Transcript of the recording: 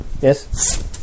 Yes